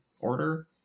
Order